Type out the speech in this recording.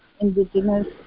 indigenous